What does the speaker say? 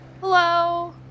Hello